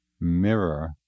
mirror